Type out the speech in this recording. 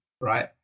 right